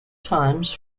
times